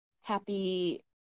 happy